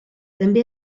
també